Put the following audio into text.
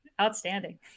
Outstanding